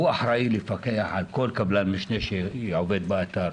הוא אחראי לפקח על כל קבלן משנה שעובד באתר.